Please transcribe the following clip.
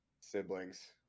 siblings